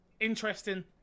interesting